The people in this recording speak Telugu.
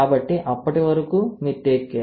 కాబట్టి అప్పటి వరకు మీరు టేక్ కేర్